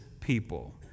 people